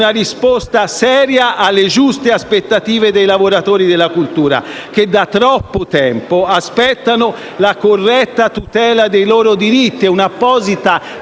una risposta seria alle giuste aspettative dei lavoratori della cultura, che da troppo tempo aspettano la corretta tutela dei loro diritti: